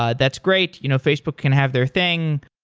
ah that's great. you know facebook can have their thing.